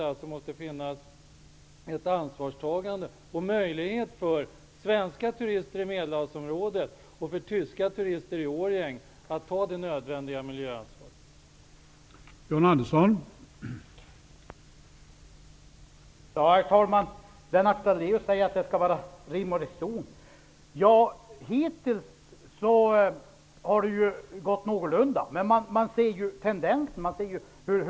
Det måste finnas ett ansvarstagande och också en möjlighet för svenska turister i Medelhavsområdet och för tyska turister i Årjäng att ta det nödvändiga miljöansvaret.